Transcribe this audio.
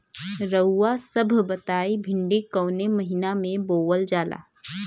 रउआ सभ बताई भिंडी कवने महीना में बोवल जाला?